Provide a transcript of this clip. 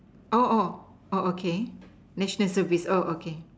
oh oh oh okay national service oh okay